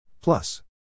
Plus